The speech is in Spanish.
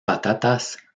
patatas